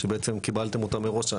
שבעצם קיבלתן אותן מראש,